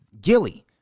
Gilly